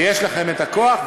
ויש לכם הכוח,